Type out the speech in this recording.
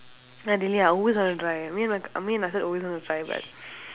I always want to try I mean I mean my side always want to try but